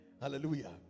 hallelujah